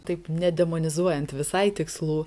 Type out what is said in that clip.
taip nedemonizuojant visai tikslų